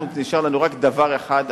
נשאר לנו רק דבר אחד.